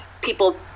people